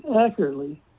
accurately